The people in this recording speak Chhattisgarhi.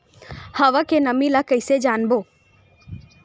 हवा के नमी ल कइसे जानबो?